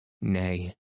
Nay